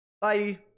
Bye